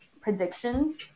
predictions